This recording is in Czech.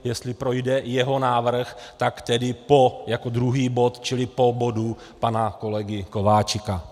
Jestli projde jeho návrh, tak tedy po jako druhý bod, čili po bodu pana kolegy Kováčika.